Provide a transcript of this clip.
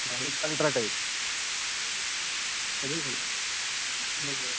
UltraTech